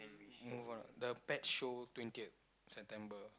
move on ah the pet show twentieth September